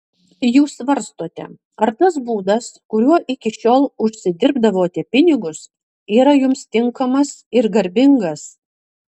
jūs svarstote ar tas būdas kuriuo iki šiol užsidirbdavote pinigus yra jums tinkamas ir garbingas